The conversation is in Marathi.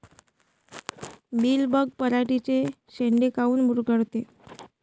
मिलीबग पराटीचे चे शेंडे काऊन मुरगळते?